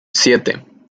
siete